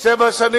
שבשנים